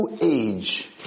age